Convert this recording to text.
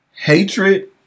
Hatred